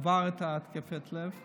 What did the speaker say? זה עבר את התקפי הלב,